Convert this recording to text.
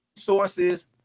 sources